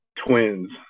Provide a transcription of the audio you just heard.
twins